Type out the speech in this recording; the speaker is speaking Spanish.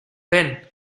ven